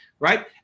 right